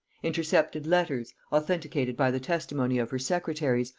intercepted letters, authenticated by the testimony of her secretaries,